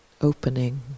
opening